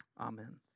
Amen